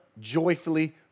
joyfully